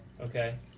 Okay